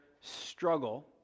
struggle